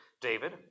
David